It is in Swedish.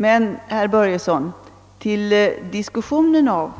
Men, herr Börjesson, diskussionen av